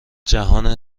جهان